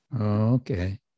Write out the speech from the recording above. Okay